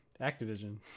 Activision